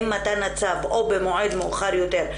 עם מתן הצו או במועד מאוחר יותר,